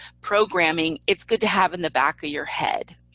programming, it's good to have in the back of your head